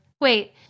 Wait